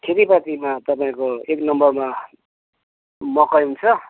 खेतीपातीमा तपाईँको एक नम्बरमा मकै हुन्छ